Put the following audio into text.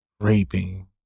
raping